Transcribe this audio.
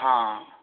हाँ